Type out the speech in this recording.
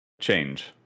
change